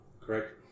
Correct